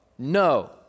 No